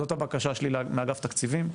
זאת הבקשה שלי מאגף תקציבים,